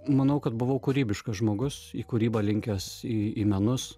manau kad buvau kūrybiškas žmogus į kūrybą linkęs į į menus